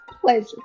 pleasure